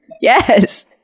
Yes